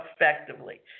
effectively